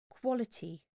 quality